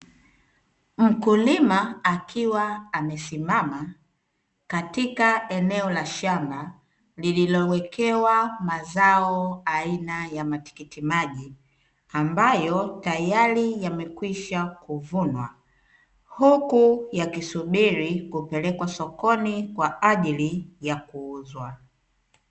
Mkulima akiwa amesimama katika eneo la shamba lililowekewa mazao aina ya matikiti maji, ambayo tayari yamekwisha kuvunwa huku yakisubiri kupelekwa sokoni kwa ajili ya kuuzwa.